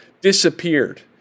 disappeared